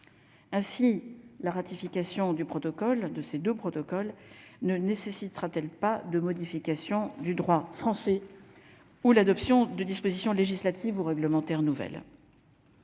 ainsi la ratification du protocole de ces 2 protocoles ne nécessitera-t-elle pas de modification du droit français, ou l'adoption de dispositions législatives ou réglementaires nouvelles.